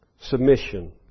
submission